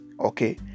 okay